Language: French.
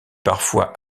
parfois